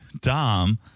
dom